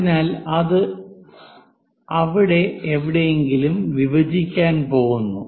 അതിനാൽ അത് അവിടെ എവിടെയെങ്കിലും വിഭജിക്കാൻ പോകുന്നു